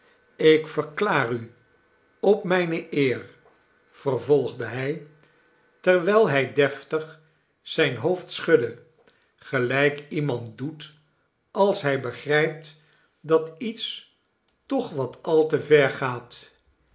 ik verklaar u op mijne eer vervolgde hij terwijl hij deftig zijn hoofd schudde gelijk iemand doet als hij begrijpt dat iets toch wat al te ver gaat